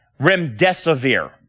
Remdesivir